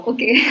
Okay